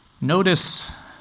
Notice